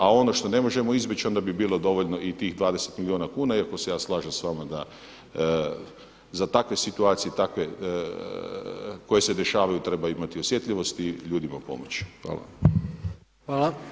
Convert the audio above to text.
A ono što ne možemo izbjeći onda bi bilo dovoljno i tih 20 milijuna kuna, iako se ja slažem s vama da za takve situacije koje se dešavaju treba imati osjetljivosti i ljudima pomoći.